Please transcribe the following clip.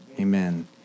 Amen